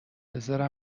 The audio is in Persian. بزار